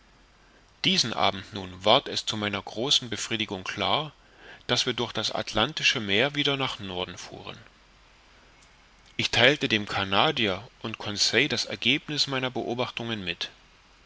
diesen abend nun ward es zu meiner großen befriedigung klar daß wir durch das atlantische meer wieder nach norden fuhren ich theilte dem canadier und conseil das ergebniß meiner beobachtungen mit